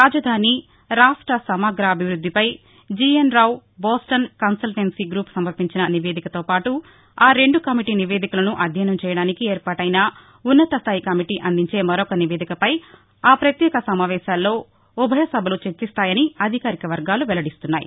రాజధాని రాష్ట సమగ్రాభివృద్దిపై G N Rao Boston consultancy group సమర్పించిన నివేదికలతోపాటు ఆ రెండు కమిటీ నివేదికలను అధ్యయనం చేయడానికి ఏర్పాటైన ఉన్నత స్దాయి కమిటీ అందించే మరొక నివేదికపై ఆ ప్రత్యేక సమావేశాల్లో ఉభయ సభలు చర్చిస్తాయని అధికార వర్గాలు వెల్లడిస్తున్నాయి